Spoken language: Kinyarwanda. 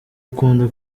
akunda